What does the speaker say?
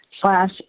slash